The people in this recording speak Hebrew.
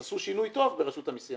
עשו שינוי טוב ברשות המיסים.